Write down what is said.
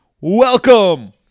Welcome